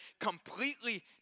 completely